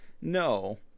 No